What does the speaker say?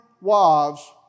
wives